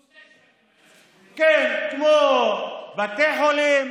כן, כמו בתי חולים.